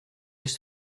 used